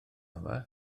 yma